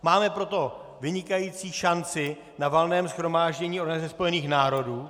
Máme proto vynikající šanci na Valném shromáždění Organizace spojených národů.